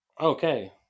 Okay